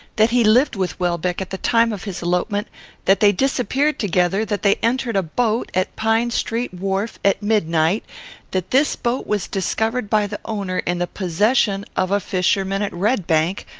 that he lived with welbeck at the time of his elopement that they disappeared together that they entered a boat, at pine street wharf, at midnight that this boat was discovered by the owner in the possession of a fisherman at redbank,